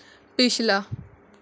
ਪਿਛਲਾ